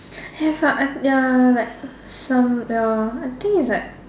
have ah uh ya like some ya I think it's like